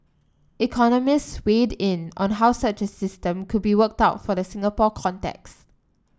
economists weighed in on how such a system could be worked out for the Singapore context